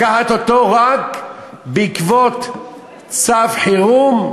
לקחת אותו רק בעקבות צו חירום,